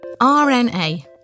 RNA